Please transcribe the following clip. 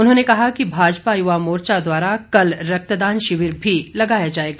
उन्होंने कहा कि भाजपा युवा मोर्चा द्वारा कल रक्तदान शिविर भी लगाया जाएगा